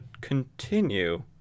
continue